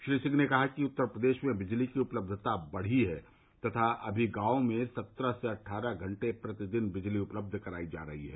श्री सिंह ने कहा कि उत्तर प्रदेश में बिजली की उपलब्धता बढ़ी है तथा अभी गांव में सत्रह से अट्ठारह घंटे प्रतिदिन बिजली उपलब्ध कराई जा रही है